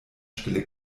stelle